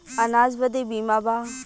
अनाज बदे बीमा बा